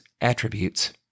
attributes